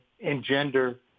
engender